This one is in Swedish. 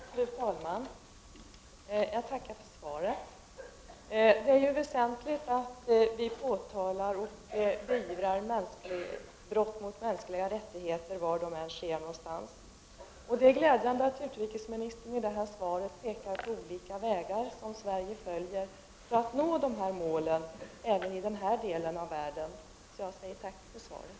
Fru talman! Jag tackar för svaret. Det är väsentligt att vi påtalar och beivrar brott mot mänskliga rättigheter var de än sker. Det är glädjande att utri kesministern i det här svaret pekar på olika vägar som Sverige följer för att nå dessa mål även i denna del av världen. Så jag tackar därför för svaret.